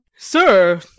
Sir